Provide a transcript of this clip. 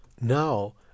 Now